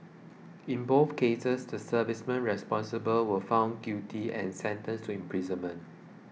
in both cases the servicemen responsible were found guilty and sentenced to imprisonment